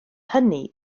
hynny